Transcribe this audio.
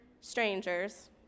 strangers